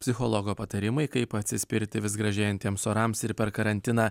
psichologo patarimai kaip atsispirti vis gražėjentiems orams ir per karantiną